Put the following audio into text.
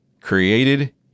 created